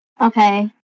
Okay